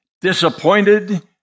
disappointed